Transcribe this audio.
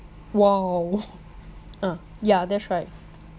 !wow! ah yeah that's right